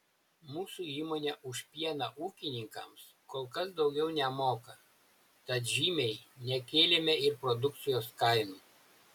mūsų įmonė už pieną ūkininkams kol kas daugiau nemoka tad žymiai nekėlėme ir produkcijos kainų